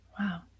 wow